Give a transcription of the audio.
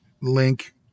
link